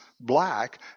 black